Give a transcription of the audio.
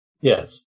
Yes